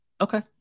Okay